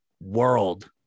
World